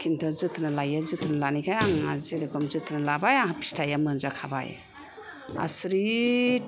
किन्तु जोथोन लायो जोथोन लानायखाय आंहा जेरेखम जोथोन लाबाय आंहा फिथाइया मोनजाखाबाय आसरिथ